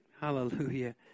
Hallelujah